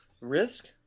Risk